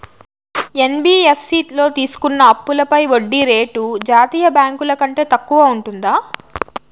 NBFC లో తీసుకున్న అప్పుపై వడ్డీ రేటు జాతీయ బ్యాంకు ల కంటే తక్కువ ఉంటుందా?